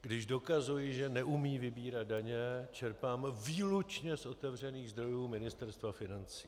Když dokazuji, že neumí vybírat daně, čerpám výlučně z otevřených zdrojů Ministerstva financí.